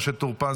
משה טור פז,